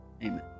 Amen